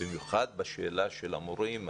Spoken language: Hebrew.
במיוחד בשאלה של המורים.